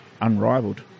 unrivaled